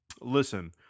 Listen